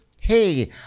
Hey